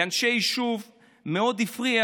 לאנשי היישוב מאוד הפריע